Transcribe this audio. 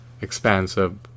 expansive